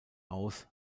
aus